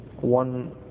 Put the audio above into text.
one